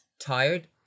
tired